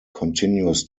continues